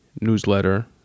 newsletter